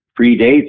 predates